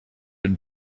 and